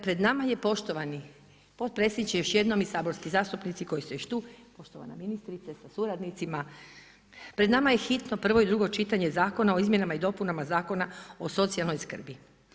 Pred nama je poštovani predsjedniče još jednom i saborski zastupnici koji ste još tu, poštovana ministrice sa suradnicima, pred nama je hitno prvo i drugo čitanje zakona o izmjenama i dopunama Zakona o socijalnoj skrbi.